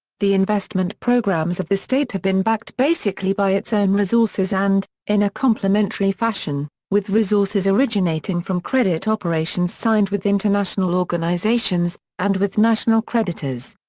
the investment programs of the state have been backed basically by its own resources and, in a complementary fashion, with resources originating from credit operations signed with international organizations, and with national creditors.